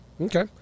Okay